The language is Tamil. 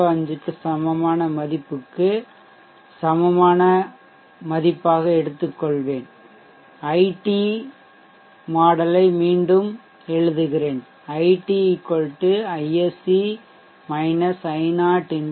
05 க்கு சமமான மதிப்புக்கு சமமான மதிப்பாக எடுத்துக்கொள்வேன் ஐடி மாதிரிமாடல்யை மீண்டும் எழுதுகிறேன் It Isc I0 eVT 0